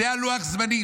זה לוח הזמנים.